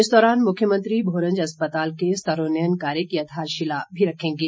इस दौरान मुख्यमंत्री भोरंज अस्पताल के स्तरोउन्यन कार्य की आधारशिला भी रखेंगे